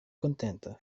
kontenta